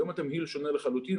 היום התמהיל שונה לחלוטין,